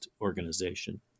organization